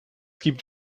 gibt